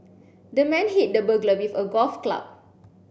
the man hit the burglar with a golf club